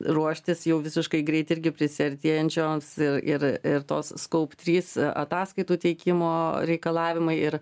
ruoštis jau visiškai greit irgi prisiartėjančioms ir ir tos skoup trys ataskaitų teikimo reikalavimai ir